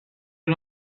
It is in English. and